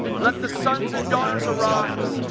let the sons and daughters arise!